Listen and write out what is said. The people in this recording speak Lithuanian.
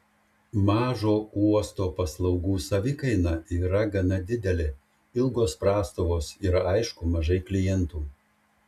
mažo uosto paslaugų savikaina yra gana didelė ilgos prastovos ir aišku mažai klientų